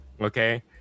okay